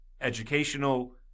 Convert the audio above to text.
educational